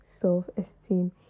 self-esteem